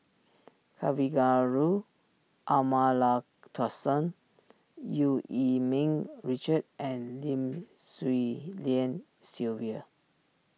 Kavignareru Amallathasan Eu Yee Ming Richard and Lim Swee Lian Sylvia